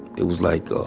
it was like ah